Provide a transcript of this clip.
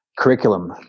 curriculum